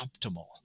optimal